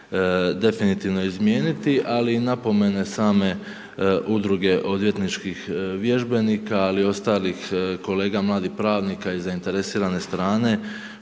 definitivno izmijeniti ali napomene same Udruge odvjetničkih vježbenika ali i ostalih kolega mladih pravnika i zainteresirane strane,